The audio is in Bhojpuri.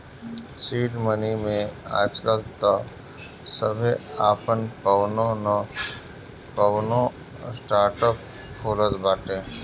सीड मनी में आजकाल तअ सभे आपन कवनो नअ कवनो स्टार्टअप खोलत बाटे